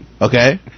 Okay